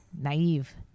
naive